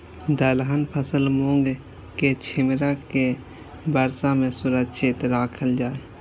दलहन फसल मूँग के छिमरा के वर्षा में सुरक्षित राखल जाय?